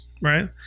right